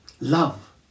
Love